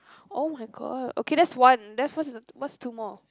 oh-my-god okay that's one then what's two more